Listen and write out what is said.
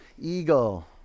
eagle